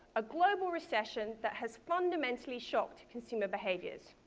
a global recession that has fundamentally shocked consumer behaviors.